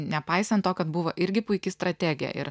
nepaisant to kad buvo irgi puiki strategė ir